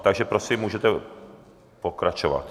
Takže prosím, můžete pokračovat.